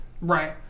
right